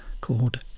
called